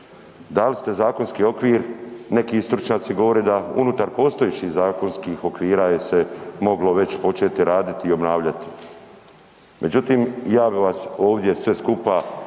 Dali ste zakonski okvir, neki stručnjaci govore da unutar postojećih zakonskih je se moglo već početi raditi i obnavljati. Međutim ja bih vas ovdje sve skupa,